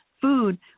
food